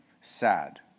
sad